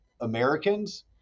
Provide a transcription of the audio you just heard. Americans